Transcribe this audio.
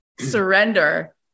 surrender